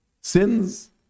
sins